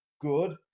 good